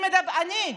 אני,